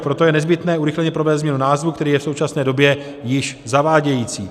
Proto je nezbytné urychleně provést změnu názvu, který je v současné době již zavádějící.